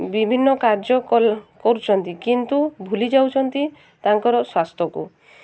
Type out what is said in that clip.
ବିଭିନ୍ନ କାର୍ଯ୍ୟ କରୁଛନ୍ତି କିନ୍ତୁ ଭୁଲି ଯାଉଛନ୍ତି ତାଙ୍କର ସ୍ୱାସ୍ଥ୍ୟକୁ